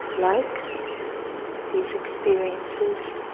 like these experiences